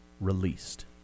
released